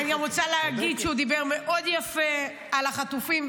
אני רוצה להגיד שהוא דיבר מאוד יפה על החטופים,